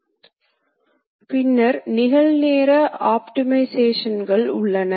அடிப்படையில் இரண்டு விஷயங்கள் உள்ளன